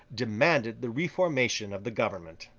demanded the reformation of the government.